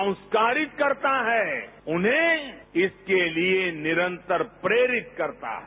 संस्कारित करता है उन्हें इसके लिए निरंतर प्रेरित करता है